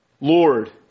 Lord